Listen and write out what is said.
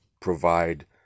provide